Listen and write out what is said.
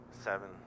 seven